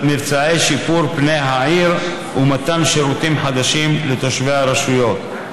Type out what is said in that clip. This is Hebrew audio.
מבצעי שיפור פני העיר ומתן שירותים חדשים לתושבי הרשויות.